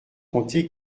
compter